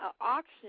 auction